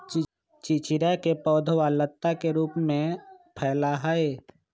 चिचिंडा के पौधवा लता के रूप में फैला हई